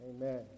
amen